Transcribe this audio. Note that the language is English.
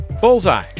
Bullseye